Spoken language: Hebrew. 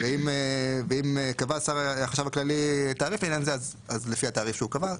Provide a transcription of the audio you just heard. ואם קבע החשב הכללי תעריף לעניין זה אז לפי התעריף שקבע.